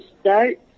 start